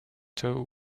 tau